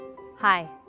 Hi